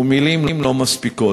ומילים לא מספיקות.